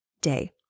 day